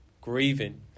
grieving